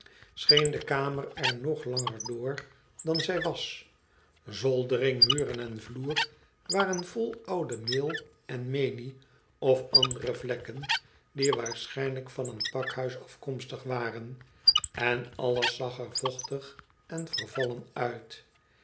scheen de kamer er nog lager door dan zij was zoldering muren en vloer waren vol oude meel en menie of andere vlekken die waarschijnlijk van een pakhuis afkomstig waren en alles zag er vochtig en vervallen uit